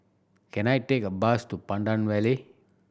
can I take a bus to Pandan Valley